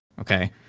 Okay